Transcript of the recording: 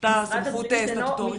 אותה סמכות סטטוטורית?